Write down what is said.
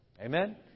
Amen